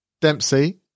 Dempsey